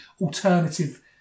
alternative